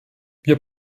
wir